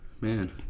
Man